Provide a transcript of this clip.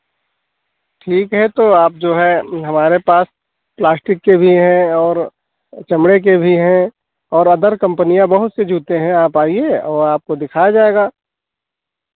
ठीक है तो आप जो है हमारे पास प्लास्टिक के भी हैं और चमड़े के भी हैं और अदर कम्पनियाँ बहुत से जूते हैं आप आइए और आपको दिखाया जाएगा